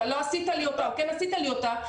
לא עשית לי אותה או כן עשית לי אותה,